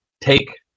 take